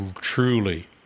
truly